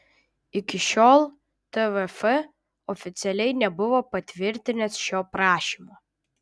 iki šiol tvf oficialiai nebuvo patvirtinęs šio prašymo